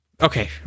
okay